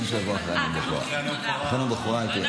תודה.